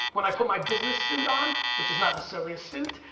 when i put my business suit on, which is not necessarily a suit.